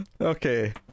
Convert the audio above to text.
Okay